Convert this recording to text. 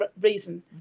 reason